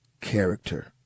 character